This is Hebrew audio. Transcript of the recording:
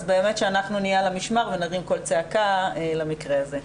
אז באמת שאנחנו נהיה על המשמר ונרים קול צעקה למקרה הזה.